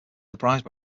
surprised